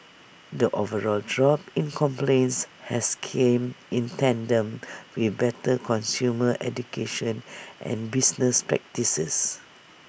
the overall drop in complaints has came in tandem with better consumer education and business practices